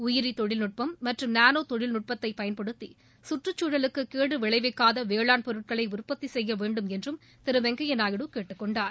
உயிரி தொழில்நுட்பம் மற்றும் நானோ தொழில்நுட்பத்தை பயன்படுத்தி சுற்றுச்சூழலுக்கு கேடு விளைவிக்காத வேளாண் பொருட்களை உற்பத்தி செய்ய வேண்டும் என்றும் திரு வெங்கய்யா நாயுடு கேட்டுக்கொண்டார்